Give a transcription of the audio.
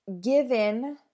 given